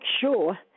sure